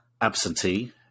absentee